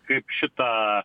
kaip šitą